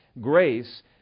grace